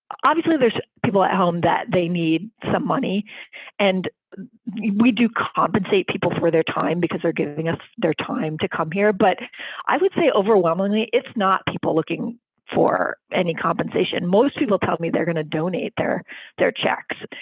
obviously there's people at home that they need some money and we do compensate people for their time because they're giving up their time to come here. but i would say overwhelmingly it's not people looking for any compensation. most people tell me they're going to donate their their checks.